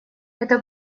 это